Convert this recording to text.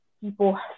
people